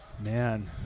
Man